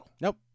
Nope